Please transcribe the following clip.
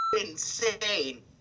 Insane